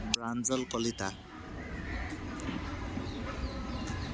Pranjal Kalita